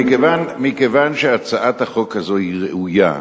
מכיוון שהצעת החוק הזו היא ראויה,